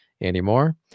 anymore